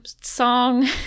song